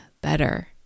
better